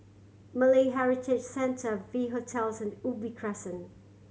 Malay Heritage Centre V Hotels and Ubi Crescent